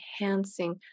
enhancing